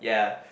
ya